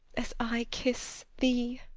as i kiss thee.